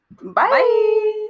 Bye